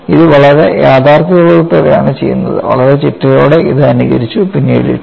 ഇത് വളരെ യാഥാർത്ഥ്യബോധത്തോടെയാണ് ചെയ്യുന്നത് വളരെ ചിട്ടയോടെ ഇത് അനുകരിച്ച് പിന്നീട് ഇട്ടു